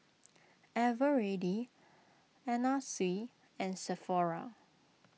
Eveready Anna Sui and Sephora